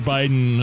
Biden